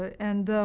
and